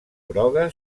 groga